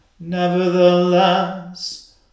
Nevertheless